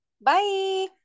Bye